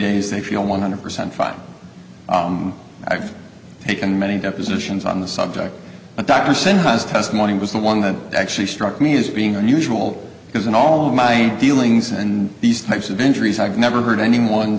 days they feel one hundred percent fine i've taken many depositions on the subject but dr sin has testimony was the one that actually struck me as being unusual because in all of my dealings and these types of injuries i've never heard anyone